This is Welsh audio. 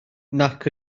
nac